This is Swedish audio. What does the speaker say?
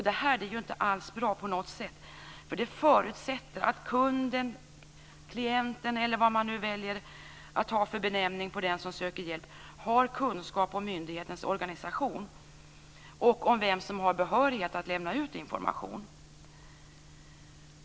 Detta är inte bra på något sätt, för det förutsätter att kunden, klienten, eller vad man nu väljer att ha för benämning på den som söker hjälp, har kunskap om myndighetens organisation och om vem som har behörighet att lämna ut information.